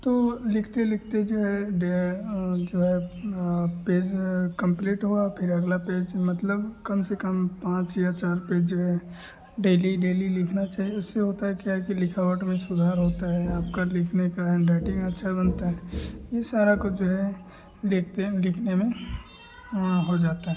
तो लिखते लिखते जो है जो है पेज कम्पलीट हुआ फिर अगला पेज मतलब कम से कम पाँच या चार पेज जो है डेली डेली लिखना चाहिए उससे होता है क्या लिखावट में सुधार होता है आपका लिखने का हैण्डराइटिंग अच्छा बनता है ये सारा कुछ जो है देखते लिखने में वहाँ हो जाता है